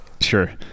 Sure